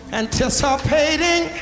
anticipating